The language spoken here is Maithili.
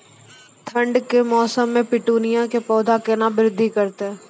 ठंड के मौसम मे पिटूनिया के पौधा केना बृद्धि करतै?